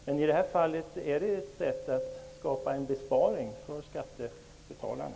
Men i det här fallet är det ett sätt att åstadkomma en besparing åt skattebetalarna.